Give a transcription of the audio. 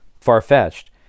far-fetched